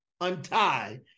untie